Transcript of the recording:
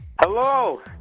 Hello